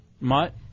Mutt